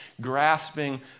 grasping